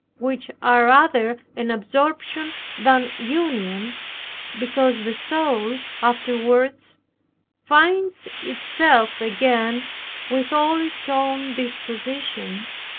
which are rather an absorption than union because the soul afterwards finds itself again with all its own dispositions.